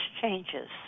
changes